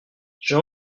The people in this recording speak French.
j’ai